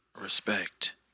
Respect